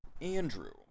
Andrew